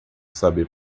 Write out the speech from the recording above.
saber